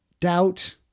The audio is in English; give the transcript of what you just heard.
doubt